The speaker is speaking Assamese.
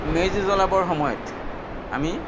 মেজি জ্বলাবৰ সময়ত আমি